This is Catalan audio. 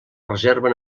reserva